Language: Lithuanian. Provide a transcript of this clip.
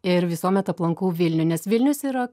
ir visuomet aplankau vilnių nes vilnius yra